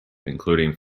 including